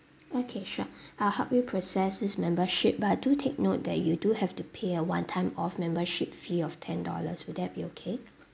okay sure I'll help you process this membership but do take note that you do have to pay a one time off membership fee of ten dollars would that be okay